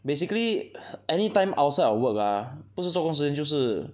basically any time outside of work ah 不是做工时间就是